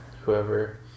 whoever